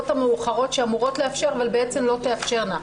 המאוחרות שאמורות לאפשר אבל בעצם לא תאפשרנה.